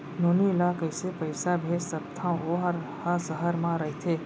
नोनी ल कइसे पइसा भेज सकथव वोकर ह सहर म रइथे?